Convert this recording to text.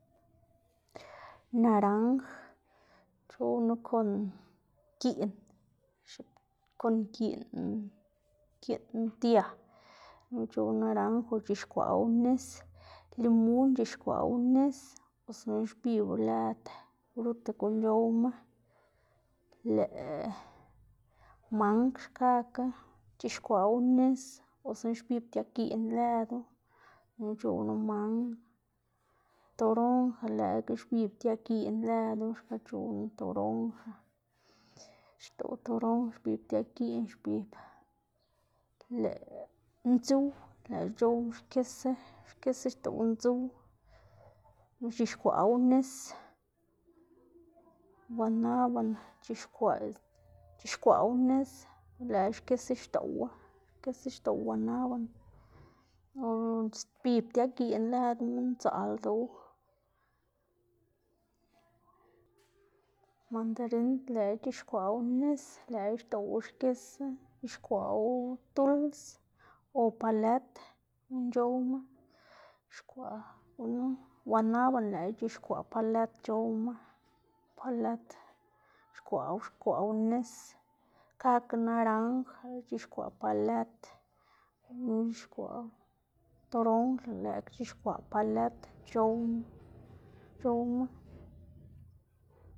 Naranj c̲h̲oꞌwnu kon giꞌn x̱ib kon giꞌn giꞌn dia c̲h̲oꞌwnu naranj o c̲h̲ikwaꞌwu nis, limun c̲h̲ixkwaꞌwu nis o si no xbibo lëd fruta guꞌn c̲h̲owma, lëꞌ mang xkakga c̲h̲ixkwaꞌwu nis o si no xbix dia giꞌn lëdu, c̲h̲oꞌwnu mang, toronja lëꞌkga xbix diagiꞌn lëdu, xka c̲h̲oꞌwnu toronja, xdoꞌw toronja xbib dia giꞌn xbib, lëꞌ ndzuw, lëꞌkga c̲h̲oꞌwnu xkisa, xkisa xdoꞌw ndzuw, x̱ixkwaꞌwu nis, guanabana c̲h̲ixkwaꞌ este c̲h̲ixkwaꞌwu nis, lëꞌkga xkisa xdoꞌwu, xkisa doꞌw guanabana o xbib dia giꞌn lëꞌduna min dzaꞌl ldoꞌwu, mandarind lëꞌkga c̲h̲ixkwaꞌwu nis, lëꞌkga xdoꞌwu xkisa, c̲h̲ixkwaꞌwu duls o palet, guꞌn c̲h̲owma, c̲h̲ixkwaꞌ gunu, guanabana lëꞌkga c̲h̲ixkwaꞌ palet c̲h̲owma, palet c̲h̲ixkwaꞌ c̲h̲ixkwaꞌwu nis, xkakga naranj c̲h̲ixkwaꞌ palet gunu c̲h̲ixkwaꞌwu, toronja lëꞌkga c̲h̲ixkwaꞌ palet c̲h̲ow- c̲h̲owma.